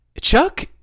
Chuck